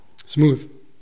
Smooth